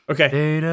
Okay